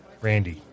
Randy